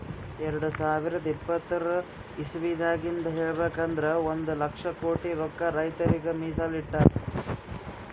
ಎರಡ ಸಾವಿರದ್ ಇಪ್ಪತರ್ ಇಸವಿದಾಗಿಂದ್ ಹೇಳ್ಬೇಕ್ ಅಂದ್ರ ಒಂದ್ ಲಕ್ಷ ಕೋಟಿ ರೊಕ್ಕಾ ರೈತರಿಗ್ ಮೀಸಲ್ ಇಟ್ಟಿರ್